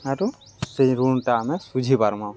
ଆରୁ ସେ ଋଣ୍ଟା ଆମେ ଶୁଝି ପାର୍ମା